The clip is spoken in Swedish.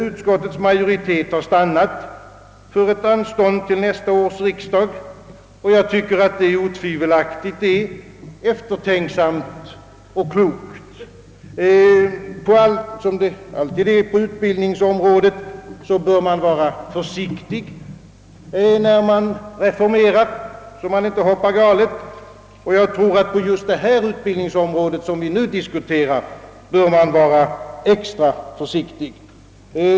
Utskottets majoritet har stannat för ett anstånd till nästa års riksdag, och det är otvivelaktigt eftertänksamt och klokt. När det gäller utbildning, bör man vara försiktig, när man reformerar, så att man inte hoppar i galen tunna, och jag tror, att man på det utbildningsområde som vi nu diskuterar bör vara extra försiktig.